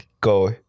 go